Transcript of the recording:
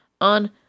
on